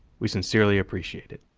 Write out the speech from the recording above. we sincerely appreciate it.